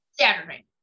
saturday